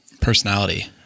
personality